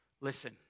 Listen